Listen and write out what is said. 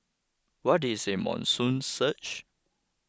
what is a monsoon surge